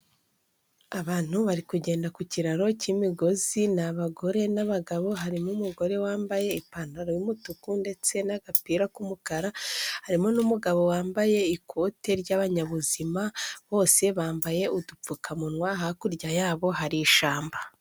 Abantu bari kugenda ku kiraro cy'imigozi n'abagore n'abagabo harimo umugore wambaye ipantaro y'umutuku ndetse n'agapira k'umukara harimo n' umugabo wambaye ikote ryabanyabuzima bose bambaye udupfukamunwa hakurya yabo hari ishamba.